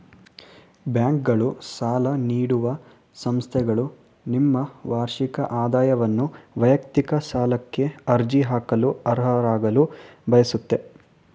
ಬ್ಯಾಂಕ್ಗಳು ಸಾಲ ನೀಡುವ ಸಂಸ್ಥೆಗಳು ನಿಮ್ಮ ವಾರ್ಷಿಕ ಆದಾಯವನ್ನು ವೈಯಕ್ತಿಕ ಸಾಲಕ್ಕೆ ಅರ್ಜಿ ಹಾಕಲು ಅರ್ಹರಾಗಲು ಬಯಸುತ್ತೆ